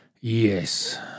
yes